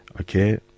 okay